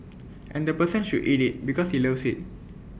and the person should eat IT because he loves IT